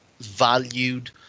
valued